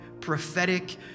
prophetic